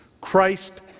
Christ